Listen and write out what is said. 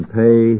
pay